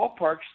ballparks